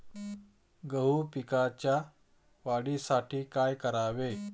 गहू पिकाच्या वाढीसाठी काय करावे?